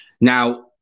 Now